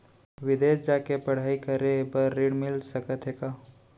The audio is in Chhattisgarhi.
बिदेस जाके पढ़ई करे बर ऋण मिलिस सकत हे का?